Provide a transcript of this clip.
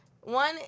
one